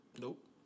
Nope